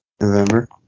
November